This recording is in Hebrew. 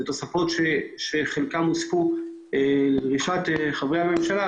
כך שיש תוספות שהוספו לדרישת חברי הממשלה,